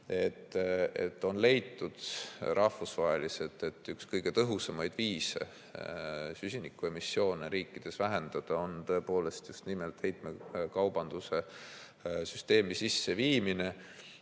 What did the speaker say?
On leitud rahvusvaheliselt, et üks kõige tõhusamaid viise süsiniku emissioone riikides vähendada, on just nimelt heitmekaubanduse süsteemi sisseviimine.